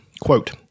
Quote